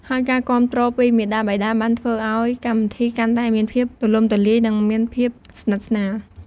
ហើយការគាំទ្រពីមាតាបិតាបានធ្វើឲ្យកម្មវិធីកាន់តែមានភាពទូលំទូលាយ និងមានភាពស្និទស្នាល។